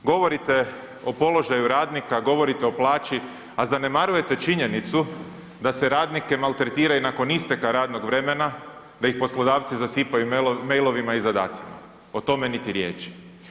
Gorovite o položaju radnika, govorite o plaći, a zanemarujete činjenicu da se radnike maltretira i nakon isteka radnog vremena, da ih poslodavci zasipaju mailovima i zadacima, o tome niti riječi.